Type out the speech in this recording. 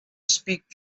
speak